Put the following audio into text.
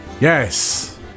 Yes